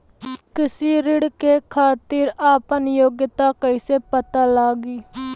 कृषि ऋण के खातिर आपन योग्यता कईसे पता लगी?